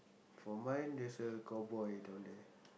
for mine there's a cowboy down there